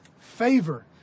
favor